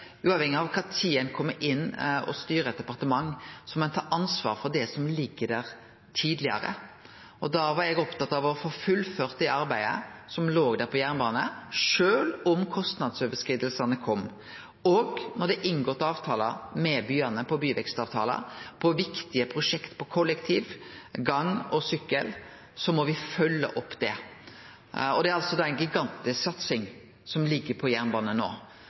av kva tid ein kjem inn for å styre eit departement, må ein ta ansvar for det som ligg der frå tidlegare. Da var eg opptatt av å få fullført det arbeidet som låg der på jernbane, sjølv om kostnadsoverskridingane kom. Når det med byane er inngått byvekstavtalar, på viktige prosjekt for kollektiv, gang og sykkel, må me følgje opp det. Det er altså ei gigantisk satsing på jernbane no og på